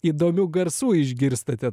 įdomių garsų išgirstate